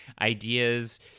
ideas